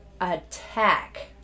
attack